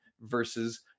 versus